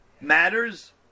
matters